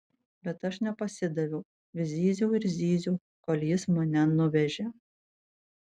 bet aš nepasidaviau vis zyziau ir zyziau kol jis mane nuvežė